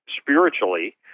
spiritually